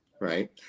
right